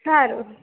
સારું